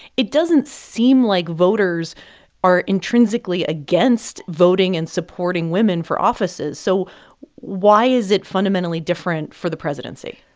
it doesn't seem like voters are intrinsically against voting and supporting women for offices. so why is it fundamentally different for the presidency?